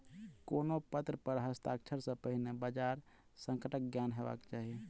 कोनो पत्र पर हस्ताक्षर सॅ पहिने बजार संकटक ज्ञान हेबाक चाही